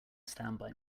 standby